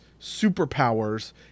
superpowers